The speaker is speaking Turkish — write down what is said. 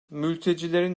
mültecilerin